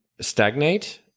stagnate